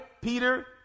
Peter